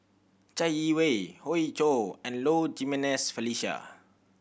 Chai Yee Wei Hoey Choo and Low Jimenez Felicia